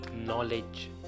knowledge